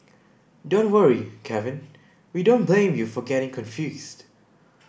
don't worry Kevin we don't blame you for getting confused